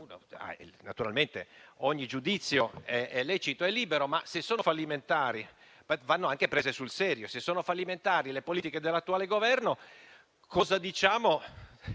Naturalmente ogni giudizio è lecito e libero, ma va anche preso sul serio: se sono fallimentari le politiche dell'attuale Governo, cosa diciamo